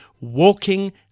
walking